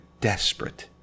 desperate